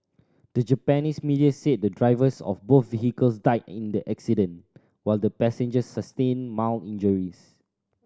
the Japanese media said the drivers of both vehicles died in the accident while the passengers sustained mild injuries